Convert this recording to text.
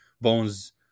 Bones